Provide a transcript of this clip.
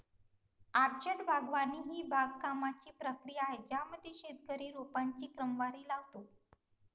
orchard बागवानी ही बागकामाची प्रक्रिया आहे ज्यामध्ये शेतकरी रोपांची क्रमवारी लावतो